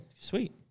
Sweet